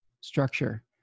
structure